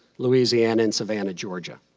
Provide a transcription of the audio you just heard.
louisiana, and savannah, georgia.